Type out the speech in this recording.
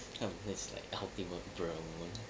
!huh! that's like ultimate problem